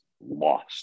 lost